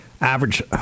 Average